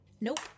Nope